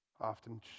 Often